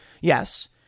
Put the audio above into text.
Yes